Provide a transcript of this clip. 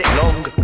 long